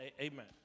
Amen